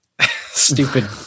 stupid